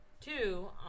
Two